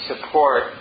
support